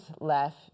left